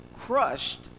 crushed